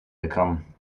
gekommen